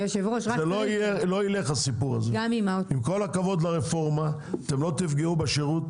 עם כל הכבוד לרפורמה, אתם לא תפגעו בשירות